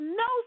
no